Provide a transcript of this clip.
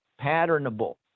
patternable